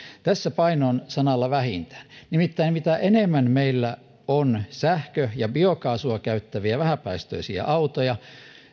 tässä paino on sanalla vähintään nimittäin mitä enemmän meillä on sähkö ja biokaasua käyttäviä vähäpäästöisiä autoja